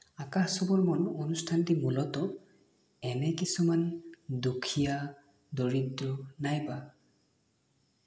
আকাশ চুবৰ মন অনুষ্ঠানটি মূলত এনে কিছুমান দুখীয়া দৰিদ্ৰ নাইবা